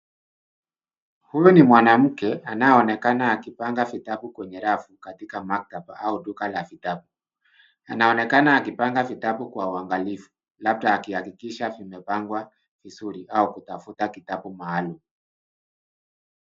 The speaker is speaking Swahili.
Huyu ni mwanamke anayeonekana akipanga vitabu kwenye rafu katika maktaba au duka la vitabu. Anaonekana akipanga vitabu kwa uangalifu, labda akihakikisha vimepangwa vizuri au kutafuta kitabu maalumu.